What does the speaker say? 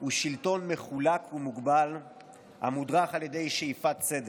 הוא שלטון מחולק ומוגבל המודרך על ידי שאיפת צדק.